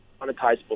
monetizable